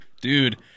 Dude